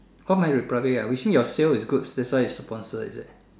oh my republic ah which means your sales is good that's why is sponsored is it